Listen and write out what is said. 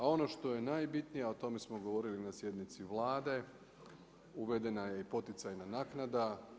A ono što je najbitnije, a o tome smo govorili na sjednici Vlade uvedena je i poticajna naknada.